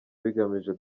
bigamije